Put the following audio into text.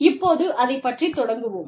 இப்போது அதை பற்றி தொடங்குவோம்